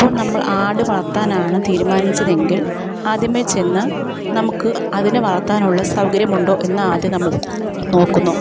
ഇപ്പോൾ നമ്മൾ ആടു വളർത്താനാണ് തീരുമാനിച്ചതെങ്കിൽ ആദ്യമേ ചെന്ന് നമുക്ക് അതിനെ വളർത്താനുള്ള സൗകര്യമുണ്ടോ എന്ന് ആദ്യം നമ്മൾ നോക്കുന്നു